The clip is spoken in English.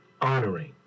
honoring